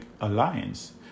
alliance